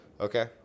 okay